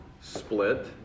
split